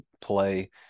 play